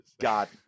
God